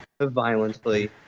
violently